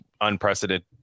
unprecedented